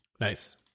Nice